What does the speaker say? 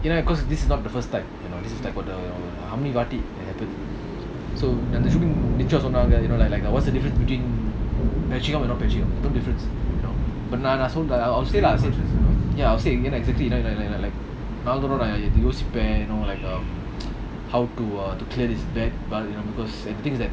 you know because this is not the first time you know this is like what the how many வாட்டி:vaati it happened so சொன்னாங்க:sonnanga what's the difference between patching up and not patching up there's no difference you know so I'll say again exactly like like like like யோசிச்சிருப்பேன்:yosichirupen you know like um how to err to clear this bet but you know because the thing is that